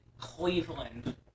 Cleveland